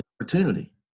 opportunity